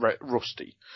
rusty